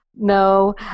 No